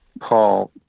Paul